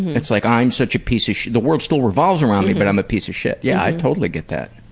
it's like, i'm such a piece of shit the world still revolves around me but i'm a piece of shit. yeah, i totally get that.